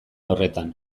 horretan